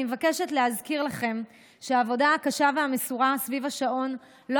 אני מבקשת להזכיר לכם שהעבודה הקשה והמסורה סביב השעון לא